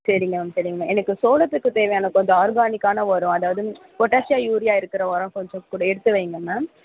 சரிங்க மேம் சரிங்க மேம் எனக்கு சோளத்துக்கு தேவையான கொஞ்சம் ஆர்கானிக்கான உரோம் அதாவது பொட்டாஷியா யூரியா இருக்கிற உரம் கொஞ்சம் கொடு எடுத்து வைங்க மேம்